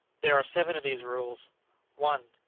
there are seven of these rules one.